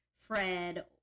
Fred